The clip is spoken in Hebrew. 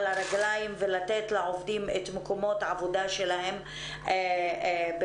הרגליים ולתת לעובדים את מקומות העבודה שלהם חזרה.